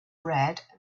read